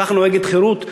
כך נוהגת חרות,